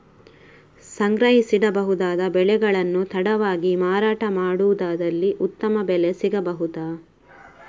ಸಂಗ್ರಹಿಸಿಡಬಹುದಾದ ಬೆಳೆಗಳನ್ನು ತಡವಾಗಿ ಮಾರಾಟ ಮಾಡುವುದಾದಲ್ಲಿ ಉತ್ತಮ ಬೆಲೆ ಸಿಗಬಹುದಾ?